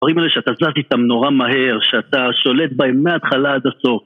דברים האלה שאתה זז איתם נורא מהר, שאתה שולט בהם מההתחלה עד הסוף